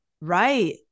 Right